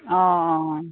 অঁ অঁ